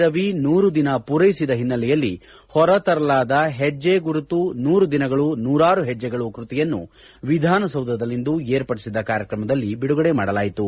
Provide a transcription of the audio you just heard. ರವಿ ನೂರು ದಿನ ಪೂರೈಸಿದ ಹಿನ್ನೆಲೆಯಲ್ಲಿ ಹೊರತರಲಾದ ಹೆಣ್ಣೆ ಗುರುತು ನೂರು ದಿನಗಳು ನೂರಾರು ಹೆಜ್ಜೆಗಳು ಕೃತಿಯನ್ನು ವಿಧಾನಸೌಧದಲ್ಲಿಂದು ಏರ್ಪಡಿಸಿದ್ದ ಕಾರ್ಯಕ್ರಮದಲ್ಲಿ ಬಿಡುಗಡೆ ಮಾಡಲಾಯಿತು